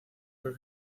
que